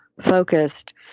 focused